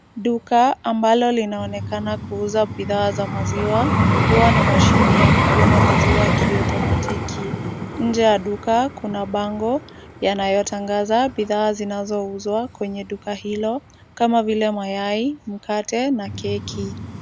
Duka ambalo linaonekana kuuza bidhaa za maziwa na kuwa na mashini ya kupima maziwa kiotomatiki. Nje ya duka kuna bango yanayotangaza bidhaa zinazouzwa kwenye duka hilo kama vile mayai, mkate na keki.